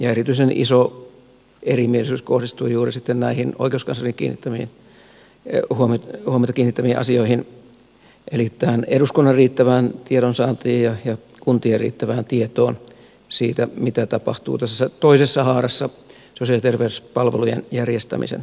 erityisen iso erimielisyys kohdistui juuri sitten näihin oikeuskanslerin huomiota kiinnittäneisiin asioihin eli eduskunnan riittävään tiedonsaantiin ja kuntien riittävään tietoon siitä mitä tapahtuu tässä toisessa haarassa sosiaali ja terveyspalvelujen järjestämisen lainsäädännössä